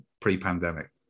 pre-pandemic